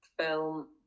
film